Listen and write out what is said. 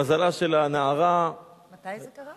למזלה של הנערה, מתי זה קרה?